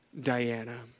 Diana